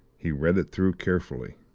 he read it through carefully.